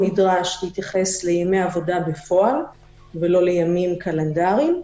נדרש להתייחס לימי עבודה בפועל ולא לימים קלנדריים,